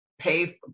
pay